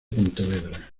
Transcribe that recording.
pontevedra